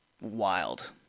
wild